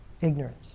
ignorance